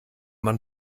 man